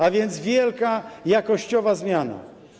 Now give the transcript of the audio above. A więc wielka jakościowa zmiana.